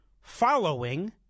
following